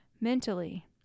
Mentally